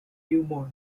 beaumont